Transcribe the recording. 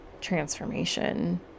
transformation